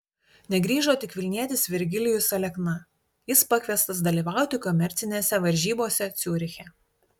negrįžo tik vilnietis virgilijus alekna jis pakviestas dalyvauti komercinėse varžybose ciuriche